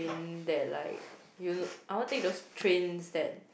that like you I want take those trains that